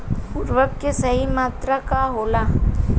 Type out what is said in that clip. उर्वरक के सही मात्रा का होला?